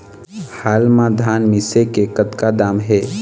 हाल मा धान मिसे के कतका दाम हे?